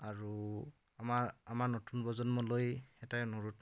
আৰু আমাৰ আমাৰ নতুন প্ৰজন্মলৈ এটাই অনুৰোধ